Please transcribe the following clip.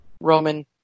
Roman